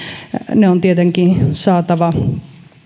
ne on tietenkin saatava